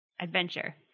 Adventure